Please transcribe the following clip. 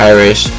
Irish